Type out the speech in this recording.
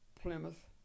Plymouth